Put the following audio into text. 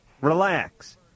Relax